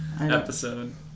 episode